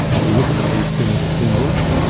he looks at these strings of symbols,